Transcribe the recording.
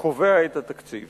קובע את התקציב